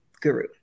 guru